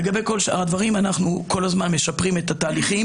לגבי שאר הדברים אנחנו כל הזמן משפרים את התהליכים